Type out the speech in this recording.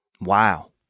Wow